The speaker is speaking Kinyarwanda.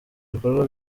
bikorwa